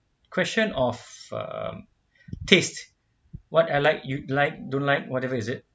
question of um taste what I like you like don't like whatever is it